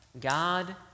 God